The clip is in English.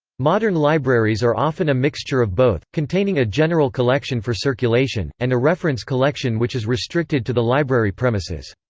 modern libraries are often a mixture of both, containing a general collection for circulation, and a reference collection which is restricted to the library premises.